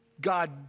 God